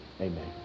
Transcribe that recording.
amen